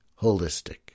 holistic